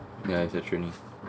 ya as trainers